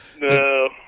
No